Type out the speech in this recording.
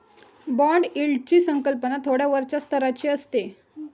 bond यील्डची संकल्पना थोड्या वरच्या स्तराची असते